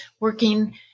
working